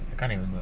I can't remember